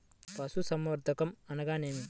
పశుసంవర్ధకం అనగా ఏమి?